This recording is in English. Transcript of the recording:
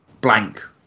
blank